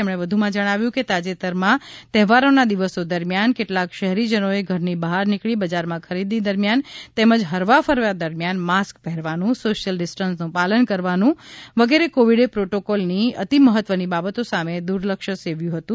તેમણે વધુમાં જણાવ્યુ હતુ કે તાજેતરમાં તહેવારોના દિવસો દરમિયાન કેટલાક શહેરીજનોએ ઘરની બહાર નીકળી બજારમાં ખરીદી દરમિયાન તેમજ હરવા ફરવા દરમિયાન માસ્ક પહેરવાનુ સોશિયલ ડિસ્ટન્સનું પાલન કરવાનું વગેરે કોવિડ પ્રોટોકોલની અતિમહત્વની બાબતો સામે દુર્લક્ષ સેવ્યું હતું